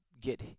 get